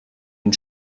une